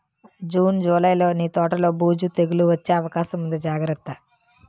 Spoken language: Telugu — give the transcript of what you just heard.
జూన్, జూలైలో నీ తోటలో బూజు, తెగులూ వచ్చే అవకాశముంది జాగ్రత్త